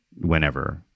whenever